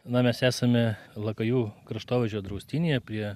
na mes esame lakajų kraštovaizdžio draustinyje prie